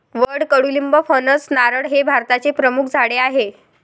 वड, कडुलिंब, फणस, नारळ हे भारताचे प्रमुख झाडे आहे